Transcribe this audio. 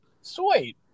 sweet